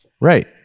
right